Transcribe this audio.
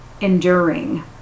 enduring